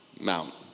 Mount